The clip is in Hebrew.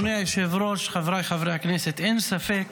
אדוני היושב-ראש, חבריי חברי הכנסת, אין ספק